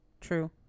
True